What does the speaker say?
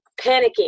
panicking